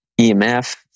EMF